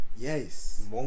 yes